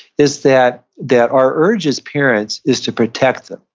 is that that our urge as parents is to protect them.